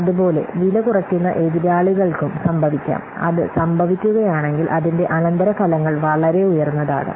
അതുപോലെ വില കുറയ്ക്കുന്ന എതിരാളികൾക്കും സംഭവിക്കാം അത് സംഭവിക്കുകയാണെങ്കിൽ അതിന്റെ അനന്തരഫലങ്ങൾ വളരെ ഉയർന്നതാണ്